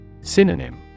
Synonym